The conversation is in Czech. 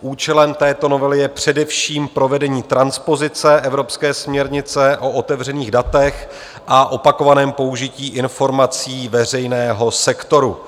Účelem této novely je především provedení transpozice evropské směrnice o otevřených datech a opakovaném použití informací veřejného sektoru.